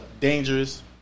dangerous